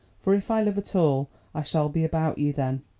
for if i live at all i shall be about you then.